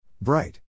Bright